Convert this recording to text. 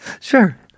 sure